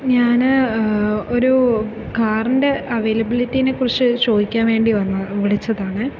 ഞാൻ ഒരു കാറിൻ്റെ അവൈലബിളിറ്റിയെ കുറിച്ച് ചോദിക്കാൻ വേണ്ടി വന്ന വിളിച്ചതാണേ